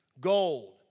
gold